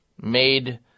made